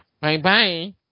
Bye-bye